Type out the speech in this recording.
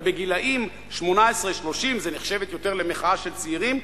ובגילים 18 30 זו נחשבת יותר למחאה של צעירים,